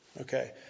Okay